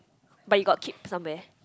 but you got keep somewhere